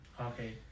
Okay